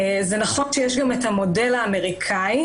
נכון שיש גם את המודל האמריקאי,